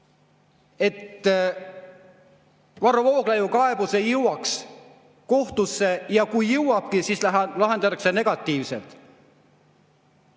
et Varro Vooglaiu kaebus ei jõuaks kohtusse ja kui jõuabki, siis lahendatakse negatiivselt.